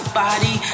body